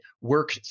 work